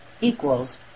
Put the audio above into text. equals